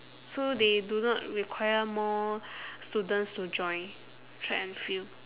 so they do not require more students to join track and field